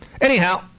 anyhow